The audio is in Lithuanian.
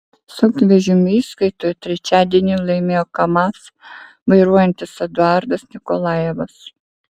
sunkvežimių įskaitoje trečiadienį laimėjo kamaz vairuojantis eduardas nikolajevas